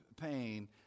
pain